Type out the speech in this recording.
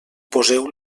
poseu